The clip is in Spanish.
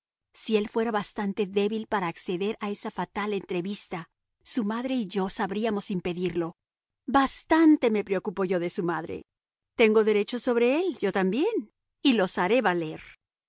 si él fuera bastante débil para acceder a esa fatal entrevista su madre y yo sabríamos impedirlo bastante me preocupo yo de su madre tengo derechos sobre él yo también y los haré valer